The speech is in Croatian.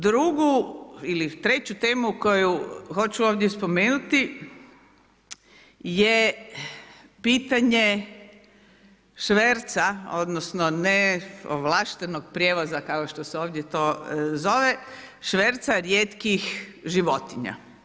Drugu ili treću temu koju hoću ovdje spomenuti je pitanje šverca odnosno neovlaštenog prijevoza kao što se to ovdje zove, šverca rijetkih životinja.